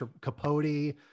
capote